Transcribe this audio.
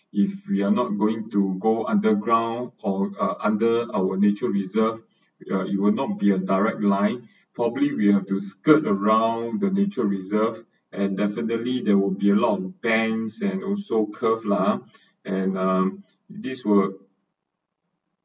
if we are not going to go underground or uh under our nature reserved uh you will not be a direct line probably we have to skirt around the nature reserved and definitely there will be a lot of banks and also curve lah and um this will